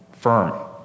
firm